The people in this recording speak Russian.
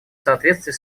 соответствии